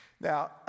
Now